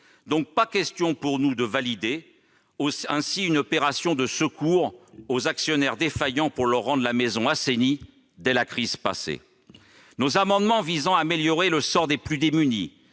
donc pas question pour nous de valider ainsi une opération de secours aux actionnaires défaillants pour leur rendre la maison assainie dès la crise passée. Nos amendements visant à améliorer le sort des plus démunis,